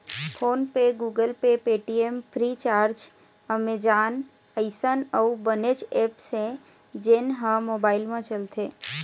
phone पे, Google Pay, Paytm, Freecharge, Amazon अइसन अउ बनेच ऐप्स हे जेन ह मोबाईल म चलथे